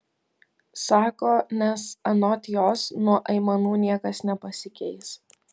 sako nes anot jos nuo aimanų niekas nepasikeis